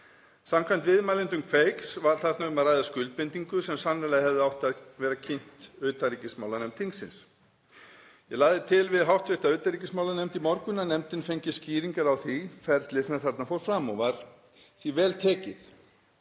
Samkvæmt viðmælendum Kveiks var þarna um að ræða skuldbindingu sem sannarlega hefði átt að vera kynnt utanríkismálanefnd þingsins. Ég lagði til við hv. utanríkismálanefnd í morgun að nefndin fengi skýringar á því ferli sem þarna fór fram og var því vel tekið.